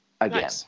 again